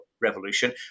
revolution